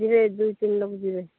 ଯିବେ ଦୁଇ ତିନି ଲୋକ ଯିବେ